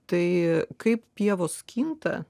tai kaip pievos kinta